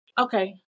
okay